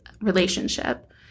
relationship